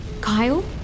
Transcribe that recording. Kyle